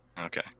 Okay